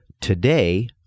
today